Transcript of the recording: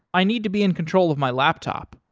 i need to be in control of my laptop,